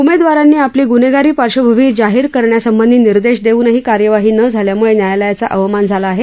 उमेदवारांनी आपली गुन्हेगारी पार्श्वभूमी जाहीर करण्यासंबधी निर्देश देऊनही कार्यवाही न झाल्यामुळे न्यायालयाचा अवमान झाला आहे